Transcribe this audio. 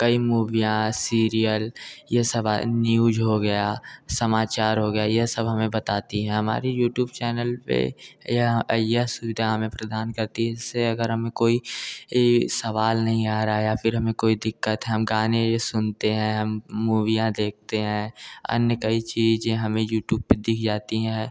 कई मुभीयाँ सीरियल ये सब न्यूज हो गया समाचार हो गया यह सब हमें बताती है हमारे यूट्यूब चैनल पर यह यह सुविधा हमें प्रदान करती जिससे अगर हमें कोई सवाल नहीं आ रहा है या फिर हमें कोइ दिक्कत हम गाने ये सुनते हैं हम मुभीयाँ देखते हैं अन्य कई चीज़ हमें यूट्यूब पर दिख जाती हैं